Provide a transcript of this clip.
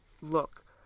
Look